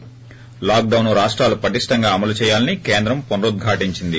ి లాక్డౌన్ను రాష్టాలు పటిష్ణంగా అమలు చేయాలని కేంద్రం పునరుద్ఘాటించింది